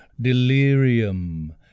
Delirium